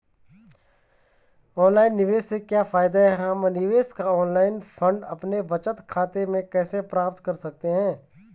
Online निवेश से क्या फायदा है हम निवेश का ऑनलाइन फंड अपने बचत खाते में कैसे प्राप्त कर सकते हैं?